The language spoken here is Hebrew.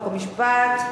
חוק ומשפט,